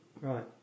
Right